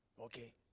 Okay